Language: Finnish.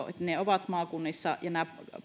että he ovat maakunnissa ja että nämä